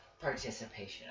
participation